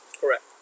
Correct